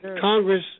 Congress